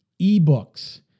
eBooks